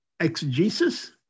exegesis